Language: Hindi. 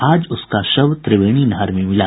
आज उसका शव त्रिवेणी नहर में मिला